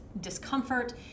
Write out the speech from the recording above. discomfort